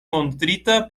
montrita